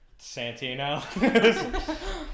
Santino